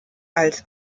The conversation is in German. als